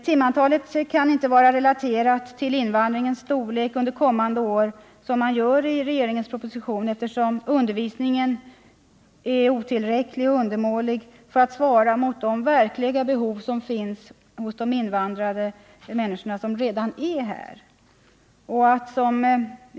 Timantalet kan inte, som man gör i regeringens proposition, relateras till invandringens storlek under kommande år, eftersom undervisningen redan nu är alltför otillräcklig och undermålig för att kunna svara mot de verkliga behov som finns hos de invandrare som vi har i dag.